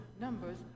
numbers